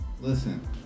Listen